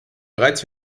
bereits